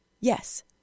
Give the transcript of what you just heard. Yes